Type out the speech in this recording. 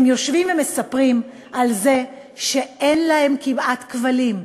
הם יושבים ומספרים על זה שאין להם כמעט כבלים,